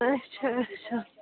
اَچھا اَچھا